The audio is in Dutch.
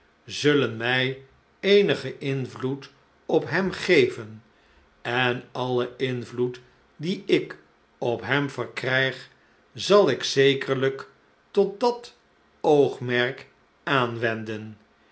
zullen mij eenigen invloed op hem geven en alien invloed dien ik op hem verkrijg zal ik zekerlijk tot dat oogmerk aanwenden